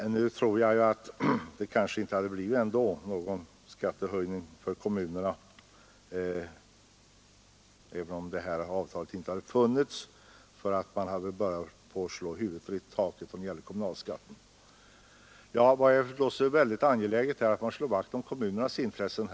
Jag tror emellertid att det inte hade blivit någon höjning av kommunalskatterna även om det här avtalet inte hade funnits, eftersom man har börjat slå huvudet i taket i fråga om kommunalskatten. Varför är det då så angeläget att här slå vakt om kommunernas intressen?